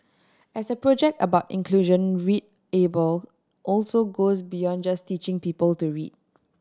as a project about inclusion readable also goes beyond just teaching people to read